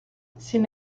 sin